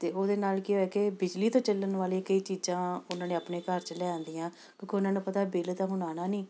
ਅਤੇ ਉਹਦੇ ਨਾਲ ਕੀ ਹੋਇਆ ਕਿ ਬਿਜਲੀ ਤੋਂ ਚੱਲਣ ਵਾਲੇ ਕਈ ਚੀਜ਼ਾਂ ਉਹਨਾਂ ਨੇ ਆਪਣੇ ਘਰ 'ਚ ਲਿਆਂਦੀਆਂ ਕਿਉਂਕਿ ਉਹਨਾਂ ਨੂੰ ਪਤਾ ਬਿੱਲ ਤਾਂ ਹੁਣ ਆਉਣਾ ਨਹੀਂ